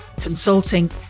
consulting